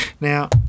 Now